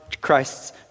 Christ's